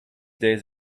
days